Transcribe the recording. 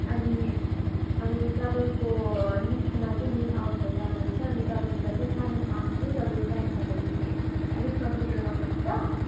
अनि अनि तपाईँको लिस्टमा चाहिँ नेम आउट भइरहेको रहेछ अनि तपाईँसित चाहिँ सानो काम थियो तपाईँको टाइम छ भने अलिक कन्सिडर गर्नुहुन्छ